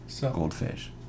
Goldfish